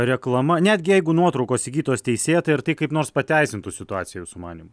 reklama netgi jeigu nuotraukos įgytos teisėtai ar tai kaip nors pateisintų situaciją jūsų manymu